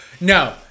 No